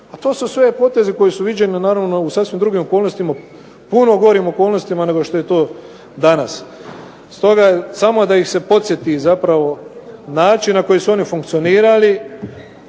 A to sve potezi koji su viđeni u sasvim drugim okolnostima, puno gorim okolnostima nego što je to danas. Stoga da ih se samo podsjeti način na koji su oni funkcionirali